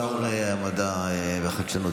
שר המדע והחדשנות,